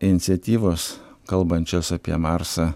iniciatyvos kalbančios apie marsą